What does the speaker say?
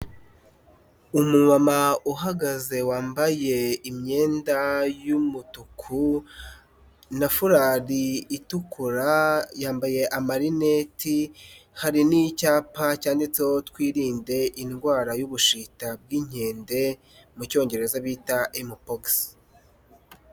Umumama uhagaze wambaye imyenda y'umutuku na furari itukura, yambaye amarineti, hari n'icyapa cyanditseho twirinde indwara y'ubushita bw'inkende mu cyongereza bita emupogisi.